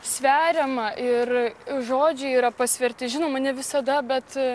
sveriama ir žodžiai yra pasverti žinoma ne visada bet